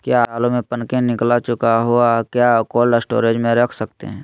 क्या आलु में पनकी निकला चुका हा क्या कोल्ड स्टोरेज में रख सकते हैं?